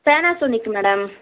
Panasonic madam